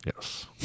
Yes